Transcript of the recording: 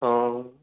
অঁ